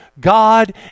God